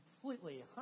completely